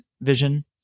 vision